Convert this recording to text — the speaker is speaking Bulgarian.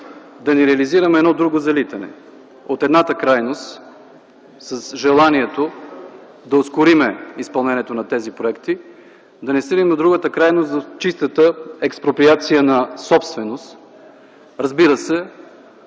да не реализираме едно друго залитане. От едната крайност – с желанието да ускорим изпълнението на тези проекти, да не стигнем до другата крайност – в чистата експроприация на собственост, разбира се,